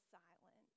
silent